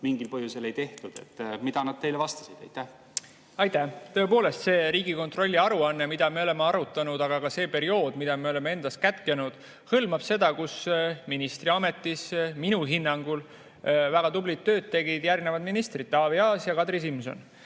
mingil põhjusel ei tehtud? Mida nad teile vastasid? Aitäh! Tõepoolest, see Riigikontrolli aruanne, mida me oleme arutanud, aga ka see periood, mille me oleme [eelnõusse] kätkenud, hõlmab seda [aega], kui ministriametis minu hinnangul väga tublit tööd tegid ministrid Taavi Aas ja Kadri Simson.